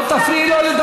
את לא תפריעי לו לדבר.